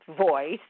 voice